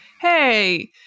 hey